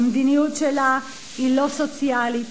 המדיניות שלה היא לא סוציאלית,